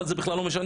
אבל זה בכלל לא משנה,